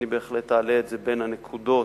בהחלט אעלה את זה בין הנקודות